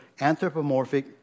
anthropomorphic